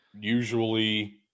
usually